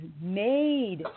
made